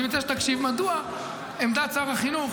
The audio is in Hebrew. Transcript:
אני מציע שתקשיב מדוע עמדת שר החינוך